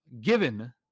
given